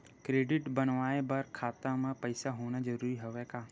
Credit बनवाय बर खाता म पईसा होना जरूरी हवय का?